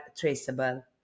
traceable